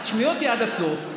תשמעי אותי עד הסוף,